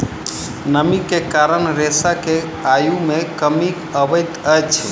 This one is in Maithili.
नमी के कारण रेशा के आयु मे कमी अबैत अछि